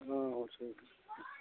हाँ होलसेल की